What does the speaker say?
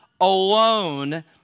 alone